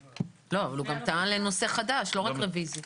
לא, אבל הוא גם טען לנושא חדש, לא רק רוויזיה.